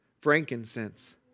frankincense